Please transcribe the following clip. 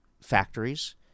factories